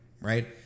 right